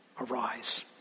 arise